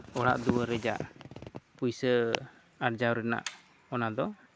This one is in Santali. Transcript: ᱚᱲᱟᱜ ᱫᱩᱣᱟᱹᱨ ᱨᱮᱭᱟᱜ ᱯᱩᱭᱥᱟᱹ ᱟᱨᱡᱟᱣ ᱨᱮᱱᱟᱜ ᱚᱱᱟ ᱫᱚ